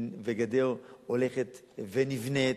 וגדר הולכת ונבנית.